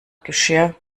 geschirr